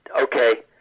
okay